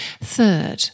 Third